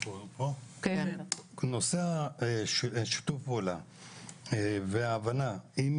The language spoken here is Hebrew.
הנושא של השיתוף פעולה וההבנה עם